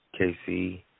KC